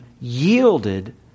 yielded